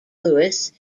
lewis